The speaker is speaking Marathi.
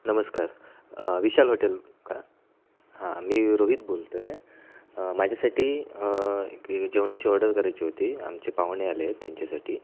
नमस्कार विशाल हॉटेल कां हां मी रोहित बोलत आहे माझ्यासाठी एक जेवणाची ऑर्डर करायची होती आमचे पाहुणे आले आहेत त्यांच्यासाठी